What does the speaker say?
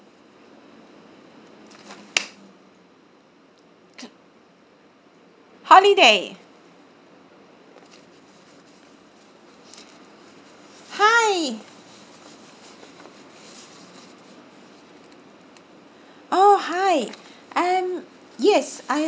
cu~ holiday hi oh hi um yes I